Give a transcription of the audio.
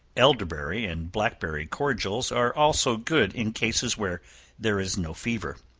elderberry and blackberry cordials are also good in cases where there is no fever.